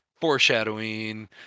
Foreshadowing